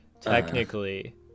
technically